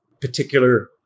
particular